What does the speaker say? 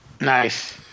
Nice